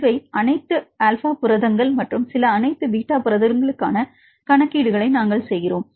சில அனைத்து ஆல்ஃபா புரதங்கள் மற்றும் சில அனைத்து பீட்டா புரதங்களுக்கான கணக்கீடுகளை நாங்கள் செய்கிறோம்